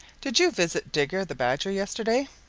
did you visit digger the badger yesterday?